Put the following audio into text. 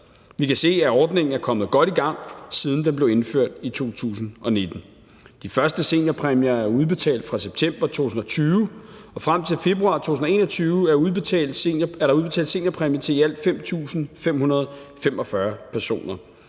Vi kan se, at ordningen er kommet godt i gang, siden den blev indført i 2019. De første seniorpræmier er udbetalt fra september 2020, og frem til februar 2021 er der udbetalt seniorpræmie til i alt 5.545 personer.